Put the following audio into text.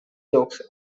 jokes